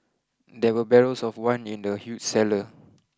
there were barrels of wine in the huge cellar